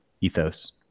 ethos